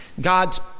God's